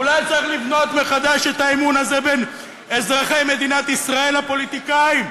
ואולי צריך לבנות מחדש את האמון הזה בין אזרחי מדינת ישראל לפוליטיקאים.